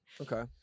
Okay